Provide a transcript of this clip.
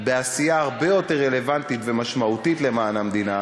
בעשייה הרבה יותר רלוונטית ומשמעותית למען המדינה,